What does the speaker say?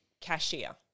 cashier